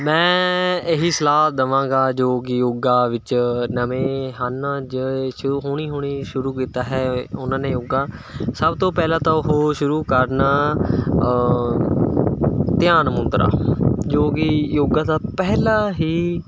ਮੈਂ ਇਹੀ ਸਲਾਹ ਦੇਵਾਂਗਾ ਜੋ ਕਿ ਯੋਗਾ ਵਿੱਚ ਨਵੇਂ ਹਨ ਜੋ ਸ਼ੋ ਹੋਣੀ ਹੁਣੀ ਸ਼ੁਰੂ ਕੀਤਾ ਹੈ ਉਹਨਾਂ ਨੇ ਯੋਗਾ ਸਭ ਤੋਂ ਪਹਿਲਾਂ ਤਾਂ ਉਹ ਸ਼ੁਰੂ ਕਰਨ ਧਿਆਨ ਮੁਦਰਾ ਜੋ ਕਿ ਯੋਗਾ ਦਾ ਪਹਿਲਾ ਹੀ